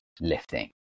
lifting